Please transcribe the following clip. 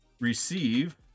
receive